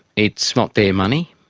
it's not their money.